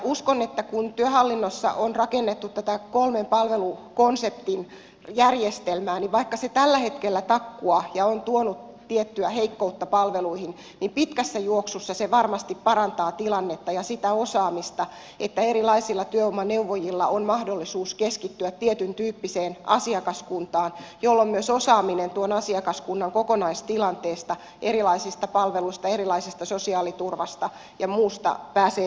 uskon että kun työhallinnossa on rakennettu tätä kolmen palvelukonseptin järjestelmää niin vaikka se tällä hetkellä takkuaa ja on tuonut tiettyä heikkoutta palveluihin niin pitkässä juoksussa se varmasti parantaa tilannetta ja sitä osaamista että erilaisilla työvoimaneuvojilla on mahdollisuus keskittyä tietyntyyppiseen asiakaskuntaan jolloin myös osaaminen tuon asiakaskunnan kokonaistilanteesta erilaisista palveluista erilaisesta sosiaaliturvasta ja muusta pääsee paranemaan